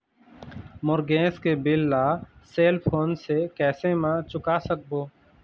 मोर gas के bill ला cell phone से कैसे म चुका सकबो?